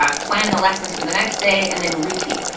ah plan the lessons for the next day, and then repeat.